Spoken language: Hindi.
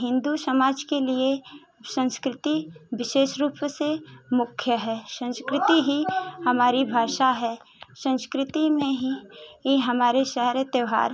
हिन्दू समाज के लिए संस्कृति विशेष रूप से मुख्य है संस्कृति ही हमारी भाषा है संस्कृति में ही ए हमारे सारे त्योहार